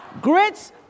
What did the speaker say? Grits